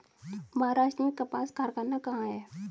महाराष्ट्र में कपास कारख़ाना कहाँ है?